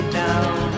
down